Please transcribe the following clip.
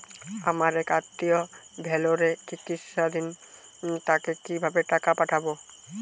আমার এক আত্মীয় ভেলোরে চিকিৎসাধীন তাকে কি ভাবে টাকা পাঠাবো?